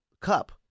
cup